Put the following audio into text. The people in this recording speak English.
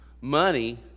money